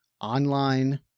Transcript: online